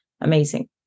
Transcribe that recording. amazing